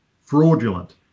fraudulent